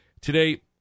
Today